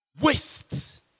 Waste